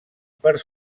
per